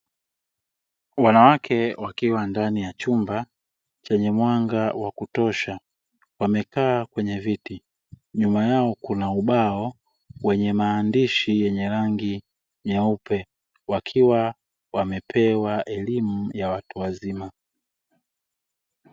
Wanawake wakiwa ndani ya chumba chenye mwanga wa kutosha wamekaa kwenye viti. Nyuma yao kuna ubao wenye maandishi yenye rangi nyeupe, wakiwa wamepewa elimu ya watu wazima.